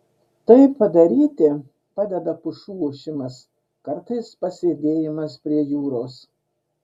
tai padaryti padeda pušų ošimas kartais pasėdėjimas prie jūros